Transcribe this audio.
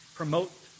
Promote